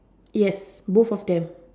yes both of them